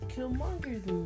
Killmonger's